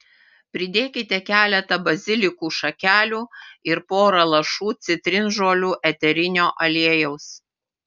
pridėkite keletą bazilikų šakelių ir pora lašų citrinžolių eterinio aliejaus